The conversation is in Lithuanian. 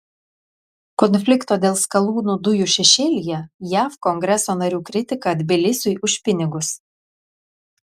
konflikto dėl skalūnų dujų šešėlyje jav kongreso narių kritika tbilisiui už pinigus